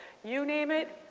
you name it.